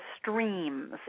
streams